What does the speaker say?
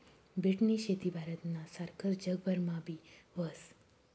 बीटनी शेती भारतना सारखस जगभरमा बी व्हस